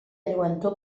lluentor